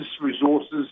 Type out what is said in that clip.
resources